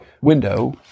window